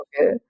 okay